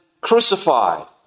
crucified